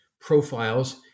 profiles